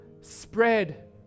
spread